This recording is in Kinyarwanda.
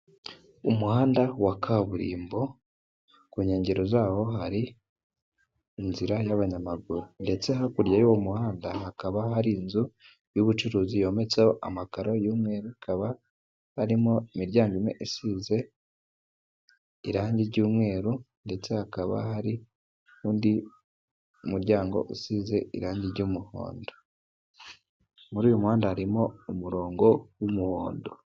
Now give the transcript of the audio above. Umuhanda wa kaburimbo ku nkengero zawo hari inzira y'abanyamaguru ndetse hakurya y'uwo muhanda, hakaba hari inzu y'ubucuruzi y'imiryango isize irangi ry'umweru, ndetse hakaba hari undi muryango usize irangi ry'umuhondo. Muri uyu muhanda harimo umurongo w'umuhondo.